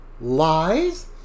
lies